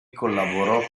collaborò